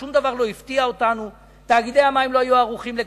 שום דבר לא הפתיע אותנו: תאגידי המים לא היו ערוכים לכך,